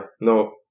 No